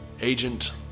Agent